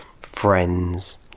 friends